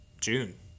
June